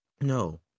no